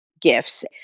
gifts